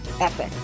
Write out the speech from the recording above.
epic